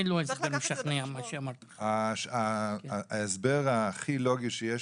זה לא הסבר משכנע מה שאמרת עכשיו ההסבר הכי לוגי שיש